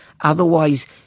Otherwise